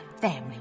family